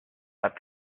but